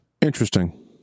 Interesting